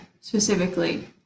specifically